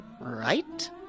right